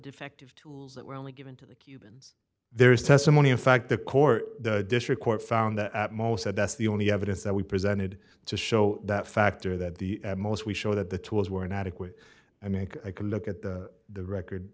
defective two that were only given to the cubans there is testimony in fact the court the district court found that most said that's the only evidence that we presented to show that factor that the most we show that the tools were inadequate i make i can look at the the record